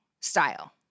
style